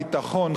ביטחון,